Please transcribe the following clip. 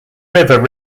river